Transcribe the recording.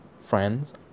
friends